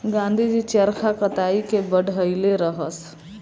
गाँधी जी चरखा कताई के बढ़इले रहस